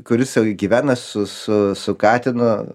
kuris gyvena su su su katinu